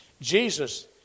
Jesus